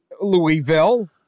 Louisville